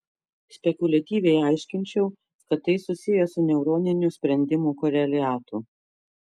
spekuliatyviai aiškinčiau kad tai susiję su neuroninių sprendimų koreliatu